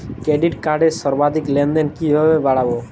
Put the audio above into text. Credit কার্ডের সর্বাধিক লেনদেন কিভাবে বাড়াবো?